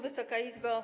Wysoka Izbo!